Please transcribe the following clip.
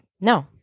no